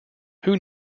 who